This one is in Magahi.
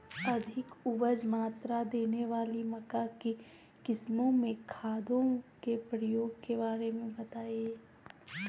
अधिक उपज मात्रा देने वाली मक्का की किस्मों में खादों के प्रयोग के बारे में बताएं?